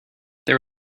there